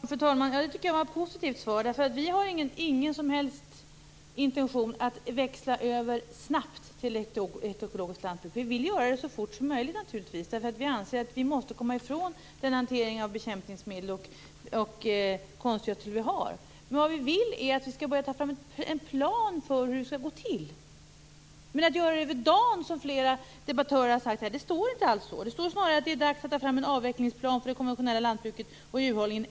Herr talman! Jag tycker att det var ett positivt svar. Vi har ingen som helst intention att växla över snabbt till ett ekologiskt lantbruk. Vi vill naturligtvis göra det så fort som möjligt. Vi anser att vi måste komma ifrån hanteringen med bekämpningsmedel och konstgödsel. Men vi vill ta fram en plan för hur det skall gå till. Det står inte att arbetet skall göras över en dag. Det står att det är dags att ta fram en avvecklingsplan för det konventionella lantbruket och djurhållningen.